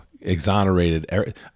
exonerated